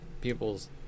people's